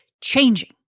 changing